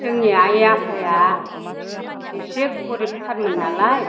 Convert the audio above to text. जोंनि आइ आफाया एसे गोरिबथारमोन नालाय